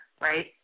right